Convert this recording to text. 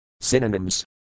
Synonyms